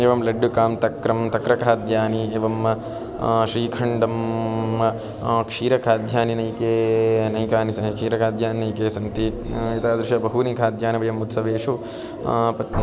एवं लड्डुकं तक्रं तक्रखाद्यानि एवं श्रीखण्डः क्षीरखाद्यानि नैकानि नैकानि सः क्षीरखाद्यानि नैकानि सन्ति तादृशानि बहूनि खाद्यानि वयं उत्सवेषु पच